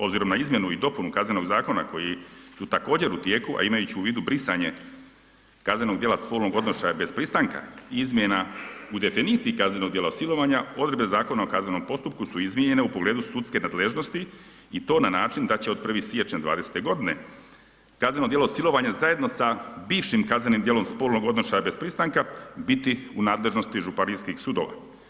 Obzirom na izmjenu i dopunu KZ-a koje su također u tijeku a imajući u vidu brisanje kaznenog djela spolnog odnošaja bez pristanka, izmjena u definiciji kaznenog djela silovanja, odredbe ZKP-a su izmijenjene u pogledu sudske nadležnosti i to na način da će od 1. siječnja 2020.g. kazneno djelo silovanja zajedno sa bivšim kaznenim djelom spolnog odnošaja bez pristanka biti u nadležnosti županijskih sudova.